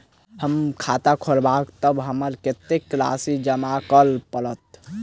हम खाता खोलेबै तऽ हमरा कत्तेक राशि जमा करऽ पड़त?